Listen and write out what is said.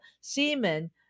semen